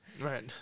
Right